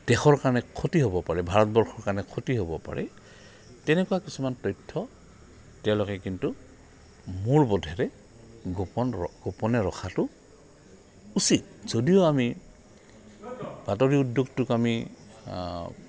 দেশৰ কাৰণে ক্ষতি হ'ব পাৰে ভাৰতবৰ্ষৰ কাৰণে ক্ষতি হ'ব পাৰি তেনেকুৱা কিছুমান তথ্য তেওঁলোকে কিন্তু মোৰ বোধেৰে গোপন গোপনে ৰখাটো উচিত যদিও আমি বাতৰি উদ্যোগটোক আমি